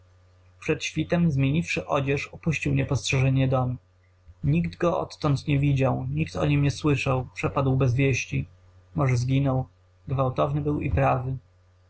przed świtem zmieniwszy odzież opuścił niepostrzeżenie dom nikt go odtąd nie widział nikt o nim nie słyszał przepadł bez wieści może zginął gwałtowny był i prawy